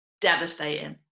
devastating